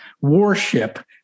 warship